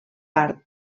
part